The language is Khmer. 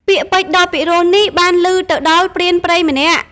ពាក្យពេចន៍ដ៏ពីរោះនេះ បានឮទៅដល់ព្រានព្រៃម្នាក់ ។